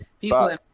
People